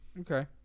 Okay